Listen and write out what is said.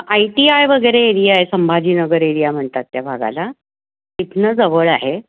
I T I वगैरे area आहे Sambhajinagar area म्हणतात त्या भागाला तिथून जवळ आहे